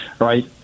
right